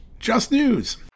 justnews